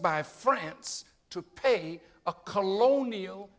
by france to pay a colonial